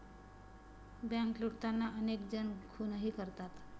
bank लुटताना अनेक जण खूनही करतात